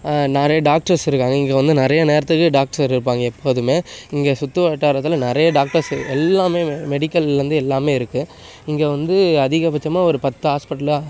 நிறைய டாக்டர்ஸ் இருக்காங்க இங்கே வந்து நிறைய நேரத்துக்கு டாக்டர் இருப்பாங்க எப்போதுமே இங்கே சுத்துவட்டாரத்தில் நிறைய டாக்டர்ஸ் இருக் எல்லாமே மெ மெடிக்கல்லேர்ந்து எல்லாமே இருக்கு இங்கே வந்து அதிகபட்சமாக ஒரு பத்து ஹாஸ்பிட்டலாக